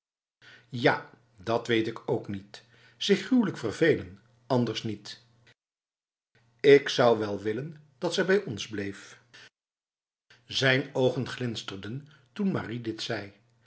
ja dat weet ik ook niet zich gruwelijk vervelen anders nietf ik zou wel willen dat ze bij ons bleef zijn ogen glinsterden toen marie dit zei